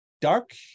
dark